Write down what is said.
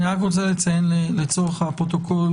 אני רק רוצה לציין לצורך הפרוטוקול,